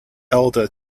elder